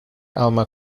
alma